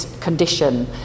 condition